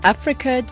Africa